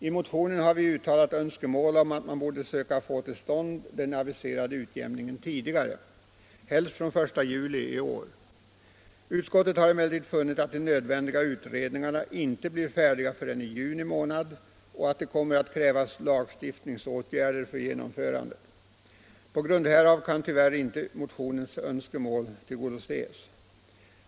I motionen har vi uttalat önskemål om att man borde söka få till stånd den aviserade utjämningen tidigare, helst från den 1 juli i år. Utskottet har emellertid funnit att de nödvändiga utredningarna inte blir färdiga förrän i juni och att det kommer att krävas lagstiftningsåtgärder för genomförandet. På grund härav kan tyvärr inte motionens önskemål tillgodoses.